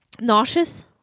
nauseous